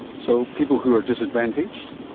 so people who are disadvantaged.